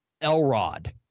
Elrod